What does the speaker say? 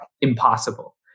impossible